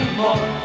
more